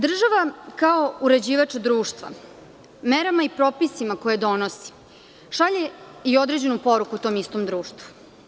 Država kao uređivač društva merama i propisima koje donosi šalje i određenu poruku tom istom društvu.